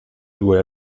due